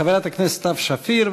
חברת הכנסת סתיו שפיר,